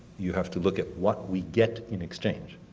you have to look at what we get in exchange.